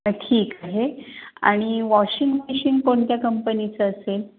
ठीक आहे आणि वॉशिंग मशीन कोणत्या कंपनीचं असेल